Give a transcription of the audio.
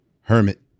Hermit